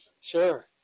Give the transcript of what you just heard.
Sure